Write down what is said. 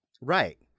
Right